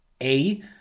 A-